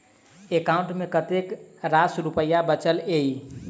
account मे कतेक रास रुपया बचल एई